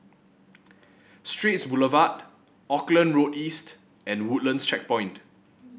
Straits Boulevard Auckland Road East and Woodlands Checkpoint